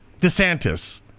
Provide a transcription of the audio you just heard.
DeSantis